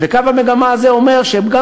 וקו המגמה הזה אומר שגם,